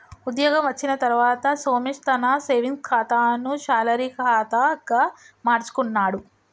ఉద్యోగం వచ్చిన తర్వాత సోమేశ్ తన సేవింగ్స్ కాతాను శాలరీ కాదా గా మార్చుకున్నాడు